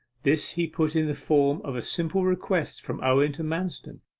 this he put in the form of a simple request from owen to manston,